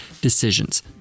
decisions